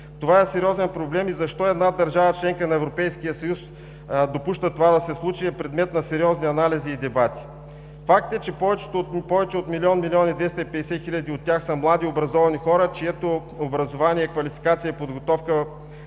Това е сериозен проблем и защо една държава –членка на Европейския съюз, допуска това да се случи, е предмет на сериозни анализи и дебати. Фактът, че повече от милион – милион и двеста и петдесет хиляди от тях са млади, образовани хора, за чието образование, квалификация и подготовка